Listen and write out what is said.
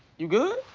you good?